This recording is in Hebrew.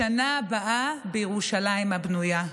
לשנה הבאה בירושלים הבנויה.